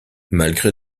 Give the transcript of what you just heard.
malgré